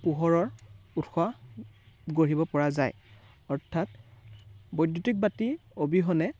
পোহৰৰ উৎস গঢ়িব পৰা যায় অৰ্থাৎ বৈদ্যুতিক বাতি অবিহনে